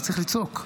צריך לצעוק.